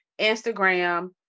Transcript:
Instagram